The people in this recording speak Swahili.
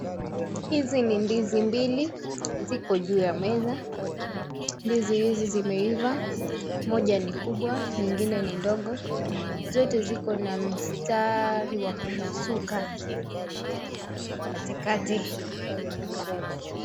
Hizi ni ndizi mbili ziko juu ya meza. Ndizi hizi zimeiva moja ni kubwa nyingine ni ndogo. Zote ziko na mstari wa kupasuka katikati.